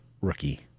rookie